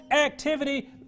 activity